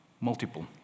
multiple